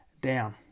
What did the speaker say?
down